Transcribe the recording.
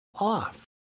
off